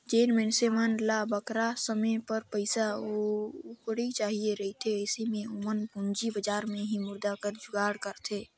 जेन मइनसे मन ल बगरा समे बर पइसा कउड़ी चाहिए रहथे अइसे में ओमन पूंजी बजार में ही मुद्रा कर जुगाड़ करथे